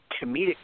comedic